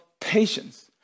patience